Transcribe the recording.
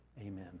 Amen